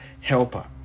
helper